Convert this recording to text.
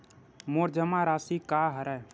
मोर जमा राशि का हरय?